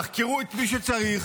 יחקרו את מי שצריך,